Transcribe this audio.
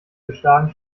beschlagen